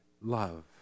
love